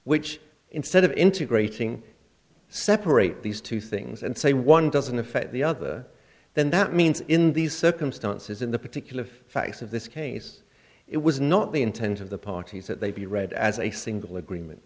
which instead of integrating separate these two things and say one doesn't affect the other then that means in these circumstances in the particular facts of this case it was not the intent of the parties that they be read as a single agreement